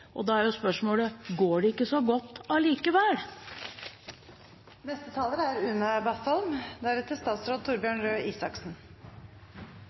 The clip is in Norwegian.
Og da er jo spørsmålet: Går det ikke så godt allikevel?